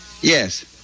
Yes